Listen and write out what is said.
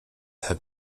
have